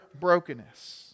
brokenness